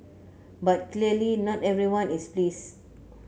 but clearly not everyone is please